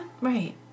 Right